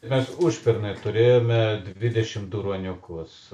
mes užpernai turėjome dvidešim du ruoniukus